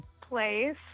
Place